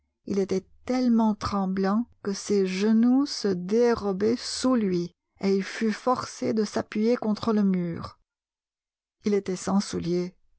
il était tellement tremblant que ses genoux se dérobaient sous lui et il fut forcé de s'appuyer contre le mur il était sans souliers